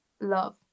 love